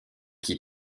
qui